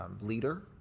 leader